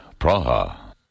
Praha